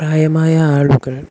പ്രായമായ ആളുകൾ